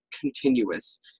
continuous